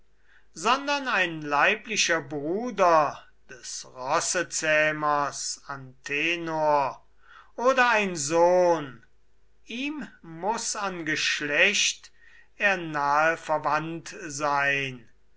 sondern ein leiblicher bruder des rossezähmers antenor oder ein sohn ihm muß an geschlecht er nahe verwandt sein